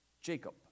Jacob